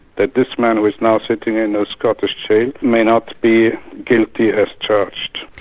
that this man who was now sitting in a scottish jail, may not be guilty as charged.